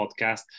podcast